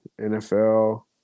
NFL